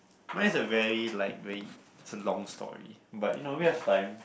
mine is a very like very it's a long story but you know we have time